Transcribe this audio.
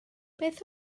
beth